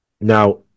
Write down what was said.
now